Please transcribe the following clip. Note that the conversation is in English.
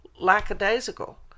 lackadaisical